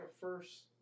first